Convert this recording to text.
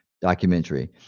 documentary